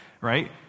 right